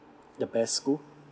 the best school